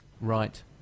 Right